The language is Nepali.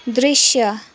दृश्य